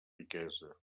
riquesa